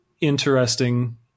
interesting